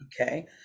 okay